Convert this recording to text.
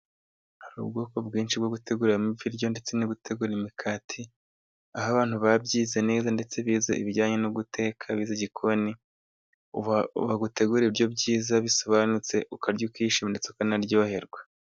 Hari ubwoko bwinshi bwo guteguramo ibiryo, ndetse no gutegura imikati, aho abantu babyize neza, ndetse bize ibijyanye no guteka bize igikoni, bagutegurira ibyo kurya byiza bisobanutse, ukarya, ukishima, ndetse ukanaryoherwa.